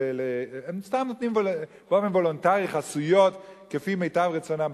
הם סתם נותנים באופן וולונטרי חסויות כפי מיטב רצונם.